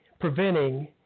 preventing